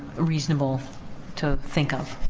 reasonable to think of.